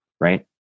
right